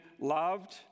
loved